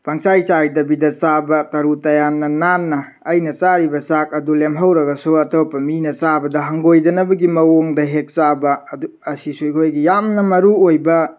ꯄꯪꯆꯥꯏ ꯆꯥꯏꯗꯕꯤꯗ ꯆꯥꯕ ꯇꯔꯨ ꯇꯌꯥꯟꯅ ꯅꯥꯟꯅ ꯑꯩꯅ ꯆꯥꯔꯤꯕ ꯆꯥꯛ ꯑꯗꯨ ꯂꯦꯝꯍꯧꯔꯒꯁꯨ ꯑꯇꯣꯞꯄ ꯃꯤꯅ ꯆꯥꯕꯗ ꯍꯪꯒꯣꯏꯗꯅꯕꯒꯤ ꯃꯑꯣꯡꯗ ꯍꯦꯛ ꯆꯥꯕ ꯑꯁꯤꯁꯨ ꯑꯩꯈꯣꯏꯒꯤ ꯌꯥꯝꯅ ꯃꯔꯨ ꯑꯣꯏꯕ